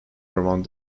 around